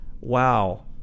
wow